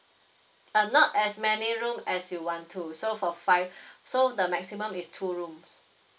uh not as many room as you want to so for five so the maximum is two rooms